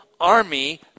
army